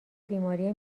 بیماری